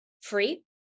free